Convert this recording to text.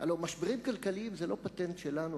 הלוא משברים כלכליים הם לא פטנט שלנו,